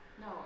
No